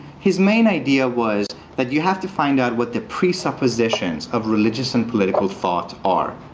his main idea was that you have to find out what the presuppositions of religious and political thought are.